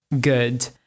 good